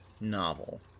novel